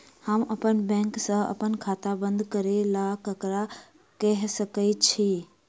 हम अप्पन बैंक सऽ अप्पन खाता बंद करै ला ककरा केह सकाई छी?